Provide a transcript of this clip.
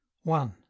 one